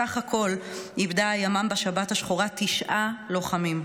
בסך הכול איבדה הימ"מ בשבת השחורה תשעה לוחמים.